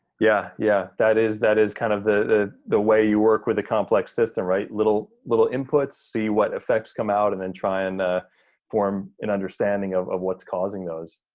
yeah, yeah. that is that is kind of the the way you work with a complex system, right? little little inputs, see what effects come out and then try and form an understanding of of what's causing those.